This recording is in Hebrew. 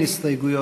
קול,